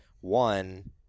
one